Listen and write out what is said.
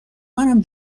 منم